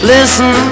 Listen